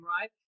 right